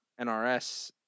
NRS